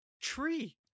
tree